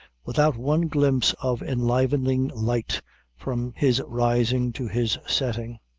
without one glimpse of enlivening light from his rising to his setting.